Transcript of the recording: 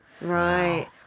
Right